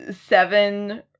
seven